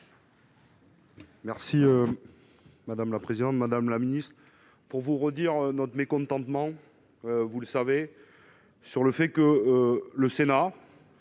Merci madame la présidente, madame la Ministre pour vous redire notre mécontentement, vous le savez, sur le fait que le Sénat